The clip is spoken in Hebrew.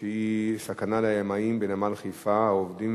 שהיא: סכנה לימאים בנמל חיפה העובדים